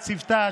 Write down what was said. ולצוותה,